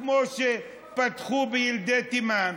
כמו שפתחו בילדי תימן,